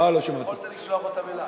יכולת לשלוח אותם אלי.